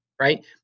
right